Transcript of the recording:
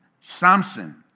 Samson